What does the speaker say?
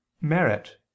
Merit